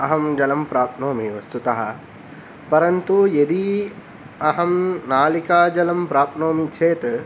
अहं जलं प्राप्नोमि वस्तुतः परन्तु यदि अहं नालिकाजलं प्राप्नोमि चेत्